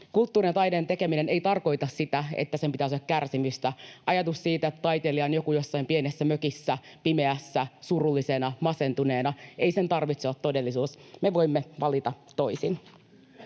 Kulttuurin ja taiteen tekeminen ei tarkoita sitä, että sen pitäisi olla kärsimistä. Ajatus siitä, että taiteilija on joku jossain pienessä mökissä, pimeässä, surullisena, masentuneena — ei sen tarvitse olla todellisuus. Me voimme valita toisin.